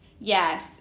Yes